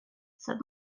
said